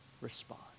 respond